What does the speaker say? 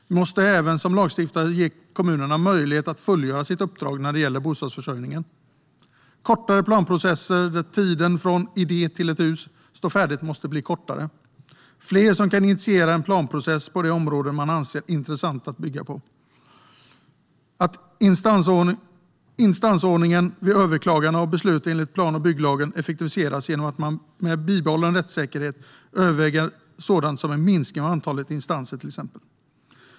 Vi måste även som lagstiftare ge kommunerna möjligheter att fullgöra sitt uppdrag när det gäller bostadsförsörjningen. Tiden för planprocesserna från idé till dess att ett hus står färdigt måste bli kortare. Fler ska kunna initiera en planprocess på de områden som man anser det intressant att bygga på. Instansordningen vid överklaganden av beslut enligt plan och bygglagen bör effektiviseras genom att man överväger att med bibehållen rättssäkerhet minska antalet instanser.